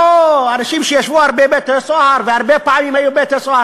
אנשים שישבו הרבה בבתי-סוהר והיו הרבה פעמים בבתי-סוהר.